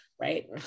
right